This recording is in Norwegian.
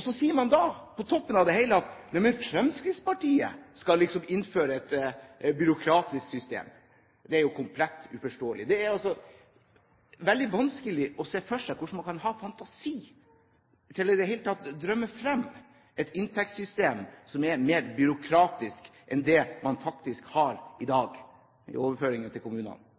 Så sier man da, på toppen av det hele, at Fremskrittspartiet liksom skal innføre et byråkratisk system. Det er jo komplett uforståelig. Det er veldig vanskelig å se for seg hvordan man kan ha fantasi til i det hele tatt å drømme frem et inntektssystem som er mer byråkratisk enn det man faktisk har i dag med overføringer til kommunene.